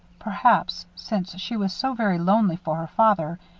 perhaps, since she was so very lonely for her father,